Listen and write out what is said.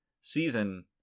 season